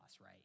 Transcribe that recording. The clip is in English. right